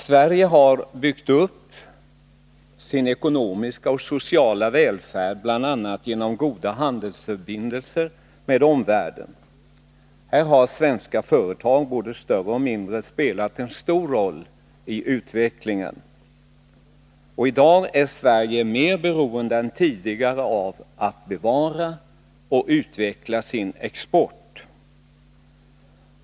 Sverige har byggt upp sin ekonomiska och sociala välfärd bl.a. genom goda handelsförbindelser med omvärlden. Här har svenska företag, både större och mindre, spelat en stor roll i utvecklingen. I dag är Sverige mer beroende än tidigare av att bevara och utveckla sin export.